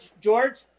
George